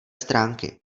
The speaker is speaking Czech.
stránky